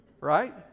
right